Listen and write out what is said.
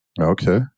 Okay